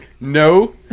no